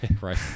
Right